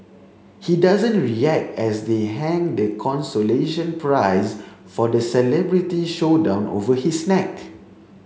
he doesn't react as they hang the consolation prize for the celebrity showdown over his neck